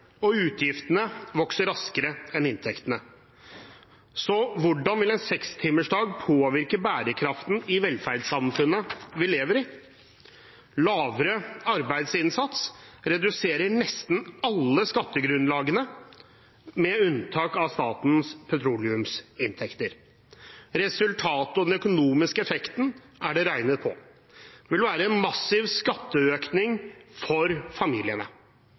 og utgiftene vokser raskere enn inntektene. Hvordan vil en sekstimersdag påvirke bærekraften i velferdssamfunnet vi lever i? Lavere arbeidsinnsats reduserer nesten alle skattegrunnlagene, med unntak av statens petroleumsinntekter. Resultatet og den økonomiske effekten er det regnet på. Det vil bli en massiv skatteøkning for familiene